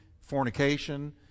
fornication